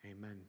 amen